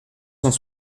cent